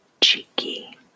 cheeky